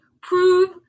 Prove